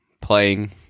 playing